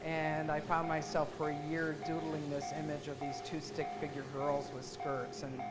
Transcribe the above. and i found myself, for year, doodling this image of these two stick figure girls with skirts. and